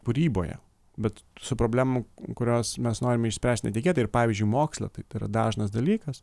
kūryboje bet su problemų kurios mes norime išspręst netikėtai ir pavyzdžiui moksle taip yra dažnas dalykas